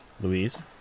Louise